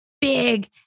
big